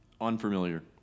Unfamiliar